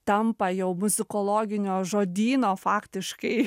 tampa jau muzikologinio žodyno faktiškai